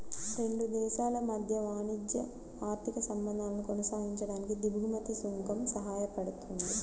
రెండు దేశాల మధ్య వాణిజ్య, ఆర్థిక సంబంధాలను కొనసాగించడానికి దిగుమతి సుంకం సాయపడుతుంది